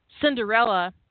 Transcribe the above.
Cinderella